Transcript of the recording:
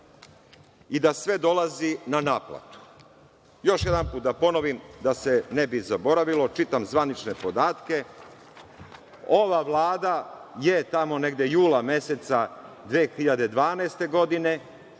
i da sve dolazi na naplatu. Još jedanput da ponovim da se ne bi zaboravilo, čitam zvanične podatke. Ova Vlada je tamo negde jula meseca 2012. godine